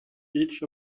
each